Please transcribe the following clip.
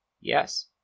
Yes